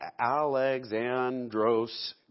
Alexandros